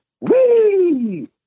WEE